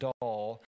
doll